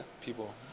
people